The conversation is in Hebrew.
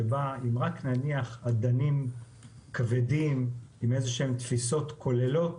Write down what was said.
שבה אם רק נניח אדנים כבדים עם תפיסות כוללות,